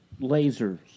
Lasers